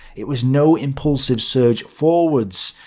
it was no impulsive surge forward, so